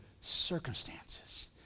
circumstances